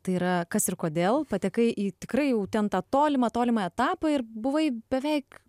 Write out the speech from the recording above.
tai yra kas ir kodėl patekai į tikrai jau ten tą tolimą tolimą etapą ir buvai beveik